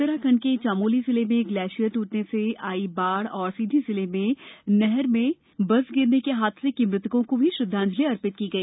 उत्तराखंड के चमोली जिले में ग्लेश्यिर ट्टने से आई बाढ और सीधी जिले में नहर मे बस गिरने के हादसे के म्रतकों को भी श्रदृधांजलि अर्पित की गई